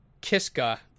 kiska